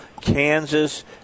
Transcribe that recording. Kansas